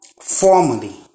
Formally